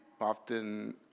often